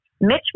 Mitch